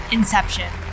Inception